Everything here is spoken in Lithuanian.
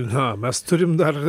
ha mes turime dar